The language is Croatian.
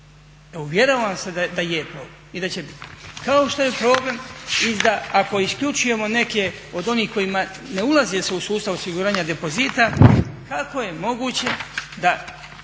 Uvjeravam vas da je problem i da će biti. Kao što je problem i za ako isključujemo neke od onih kojima ne ulazi se u sustav osiguranja depozita kako je moguće da